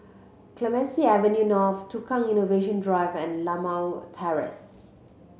Clemenceau Avenue North Tukang Innovation Drive and Limau Terrace